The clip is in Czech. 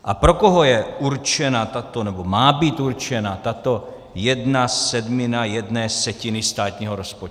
A pro koho je určena tato, nebo má být určena, tato jedna sedmina z jedné setiny státního rozpočtu?